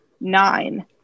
nine